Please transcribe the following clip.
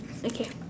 okay